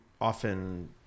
often